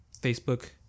Facebook